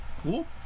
Cool